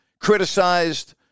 criticized